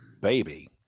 baby